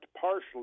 partially